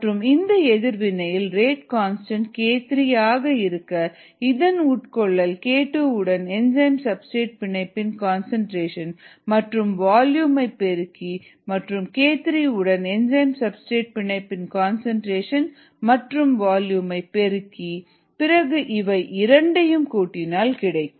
மற்றும் இந்த எதிர்வினையில் ரேட் கான்ஸ்டன்ட் k3 ஆக இருக்க இதன் உட்கொள்ளல் k2 உடன் என்சைம் சப்ஸ்டிரேட் பிணைப்பின் கன்சன்ட்ரேஷன் மற்றும் வால்யூமை பெருக்கி மற்றும் k3 உடன் என்சைம் சப்ஸ்டிரேட் பிணைப்பின் கன்சன்ட்ரேஷன் மற்றும் வால்யூமை பெருக்கி பிறகு இவை இரண்டையும் கூட்டினால் கிடைக்கும்